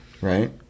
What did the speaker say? right